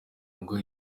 ngo